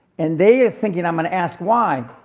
and they are thinking i'm going to ask why.